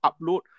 upload